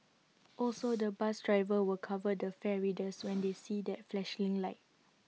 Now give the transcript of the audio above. also the bus drivers will cover the fare readers when they see that flashing light